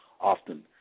often